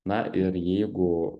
na ir jeigu